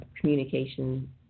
Communication